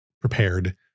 prepared